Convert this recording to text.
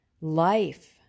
life